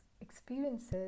experiences